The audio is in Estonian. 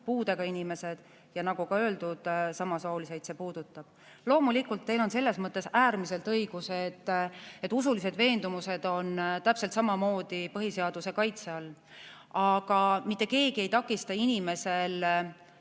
puudega inimesed, ja nagu öeldud, see puudutab samasoolisi. Loomulikult, teil on selles mõttes äärmiselt õigus, et usulised veendumused on täpselt samamoodi põhiseaduse kaitse all, aga mitte keegi ei takista inimesel